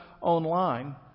online